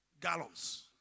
gallons